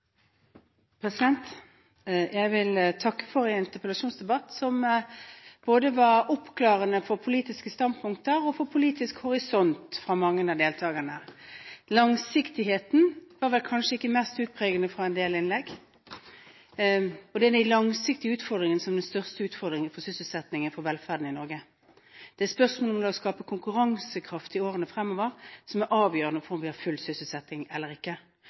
Jeg vil takke for en interpellasjonsdebatt som var oppklarende på både politiske standpunkter og politisk horisont hos mange av deltakerne. Langsiktighet var vel ikke det mest utpregede i en del innlegg, og det er de langsiktige utfordringene som er den største utfordringen for sysselsettingen og for velferden i Norge. Det er spørsmålet om hvordan vi skaper konkurransekraft i årene fremover, som er avgjørende for om vi har full sysselsetting eller ikke.